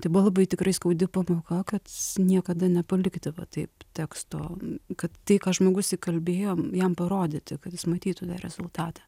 tai buvo labai tikrai skaudi pamoka kad niekada nepalikite va taip teksto kad tai ką žmogus įkalbėjo jam parodyti kad jis matytų tą rezultatą